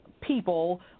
people